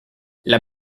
las